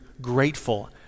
grateful